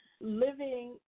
living